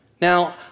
Now